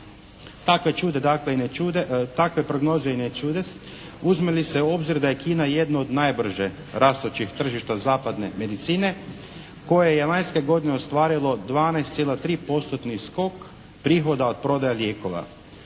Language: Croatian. Takve prognoze i ne čude uzme li se u obzir da je Kina jedno od najbrže rastućih tržišta zapadne medicine koja je lanjske godine ostvarilo 12,3% skok prihoda od prodaje lijekova,